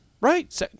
Right